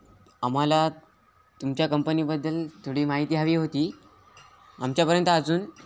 आम्हाला तुमच्या कंपनीबद्दल थोडी माहिती हवी होती आमच्यापर्यंत अजून